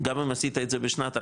גם אם עשית את זה בשנת 14,